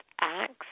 Acts